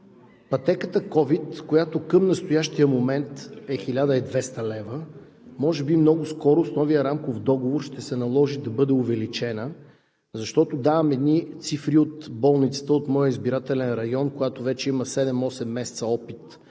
пътеката „ковид“, която към настоящия момент е 1200 лв., може би много скоро с новия рамков договор ще се наложи да бъде увеличена. Давам едни цифри от болницата от моя избирателен район, която има вече 7 – 8 месеца опит в